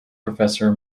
professor